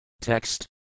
Text